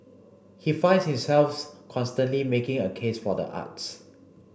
he finds himself constantly making a case for the arts